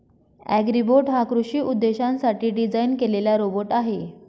Agribot हा कृषी उद्देशांसाठी डिझाइन केलेला रोबोट आहे